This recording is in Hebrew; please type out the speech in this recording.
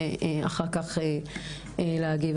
ואחר כך להגיב.